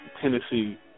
Tennessee